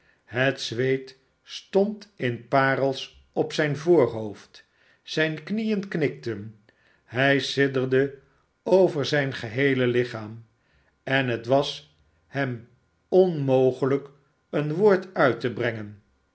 het zweet stond in parels op zijn voorhoofd zijne knieen knikten hij sidderde oyer zijn geheele lichaam en het was hem onmogelijk een woord uit te brengen